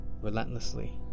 relentlessly